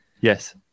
Yes